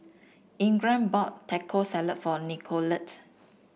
Ingram bought Taco Salad for Nicolette